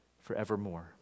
forevermore